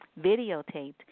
videotaped